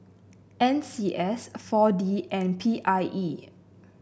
N C S four D and P I E